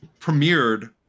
premiered